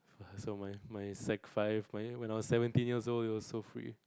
so my my Sec five my when I was seventeen years old it was so free